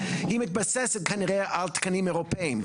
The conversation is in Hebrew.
היא מתבססת כנראה על תקנים אירופיים,